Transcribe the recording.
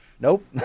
nope